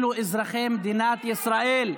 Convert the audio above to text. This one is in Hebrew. אלה אזרחי מדינת ישראל,